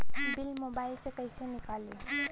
Bill mobile से कईसे निकाली?